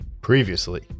Previously